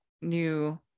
new